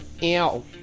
Ew